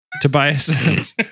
Tobias